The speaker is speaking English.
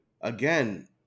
again